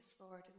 Lord